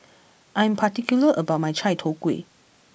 I am particular about my Chai Tow Kuay